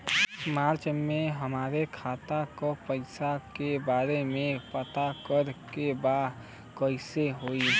मार्च में हमरा खाता के पैसा के बारे में पता करे के बा कइसे होई?